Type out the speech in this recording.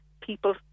people